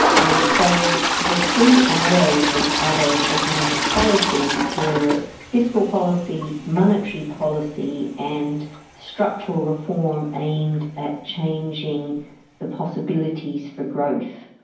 and so the three arrows of abe's economic policy were fiscal policy, monetary policy and structural reform aimed at changing the possibilities for growth.